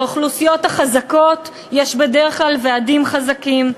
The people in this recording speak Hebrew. לאוכלוסיות החזקות יש בדרך כלל ועדים חזקים,